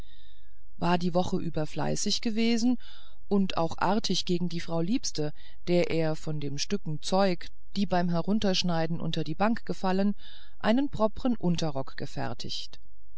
war die woche über fleißig gewesen und auch artig gegen die frau liebste der er von den stücken zeug die beim zuschneiden unter die bank gefallen einen propren unterrock gefertigt